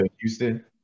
Houston